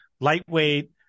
lightweight